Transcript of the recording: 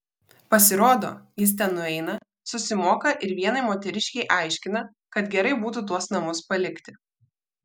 pasirodo jis ten nueina susimoka ir vienai moteriškei aiškina kad gerai būtų tuos namus palikti